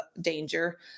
danger